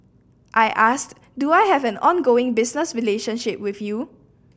I asked do I have an ongoing business relationship with you